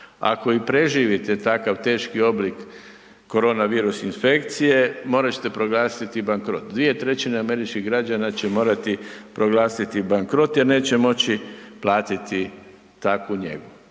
Ako i preživite takav teški oblik koronavirus infekcije morat ćete proglasiti bankrot. 2/3 američkih građana će morati proglasiti bankrot jer neće moći platiti takvu njegu.